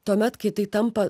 tuomet kai tai tampa